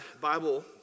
Bible